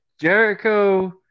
Jericho